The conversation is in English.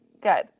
Good